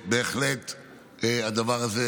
הדבר הזה